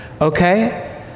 okay